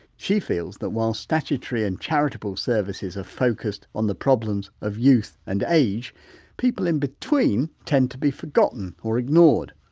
she feels that while statutory and charitable services are focused on the problems of youth and age people in between tend to be forgotten or ignored.